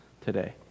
today